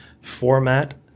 format